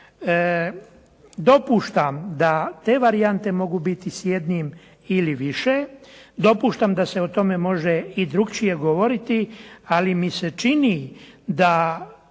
Dopuštam da te varijante mogu biti s jednim ili više, dopuštam da se o tome može i drukčije govoriti, ali mi se čini da